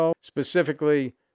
specifically